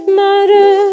matter